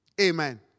Amen